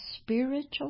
spiritual